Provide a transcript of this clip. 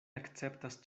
akceptas